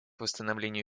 восстановлению